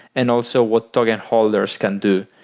and also what token holders can do,